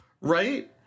right